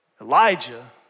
Elijah